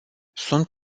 sunt